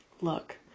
Look